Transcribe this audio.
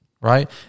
right